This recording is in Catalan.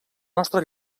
nostre